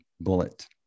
bullet